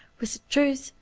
with truth,